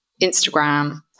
Instagram